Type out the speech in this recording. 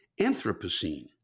Anthropocene